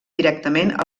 directament